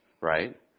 right